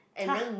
!huh!